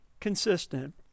consistent